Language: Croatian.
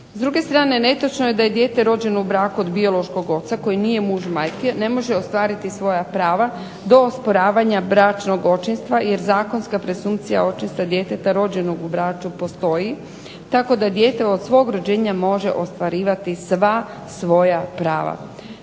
S druge strane, netočno je da dijete rođeno u braku od biološkog oca koji nije muž majke ne može ostvariti svoja prava do osporavanja bračnog očinstva jer zakonska presumpcija očinstva djeteta rođenog u braku postoji tako da dijete od svog rođenja može ostvarivati sva svoja prava.